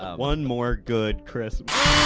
ah one more good christmas.